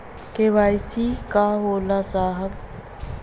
KYC का होला साहब?